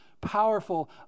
powerful